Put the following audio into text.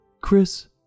Chris